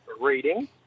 Reading